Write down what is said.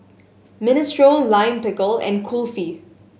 Minestrone Lime Pickle and Kulfi